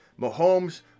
Mahomes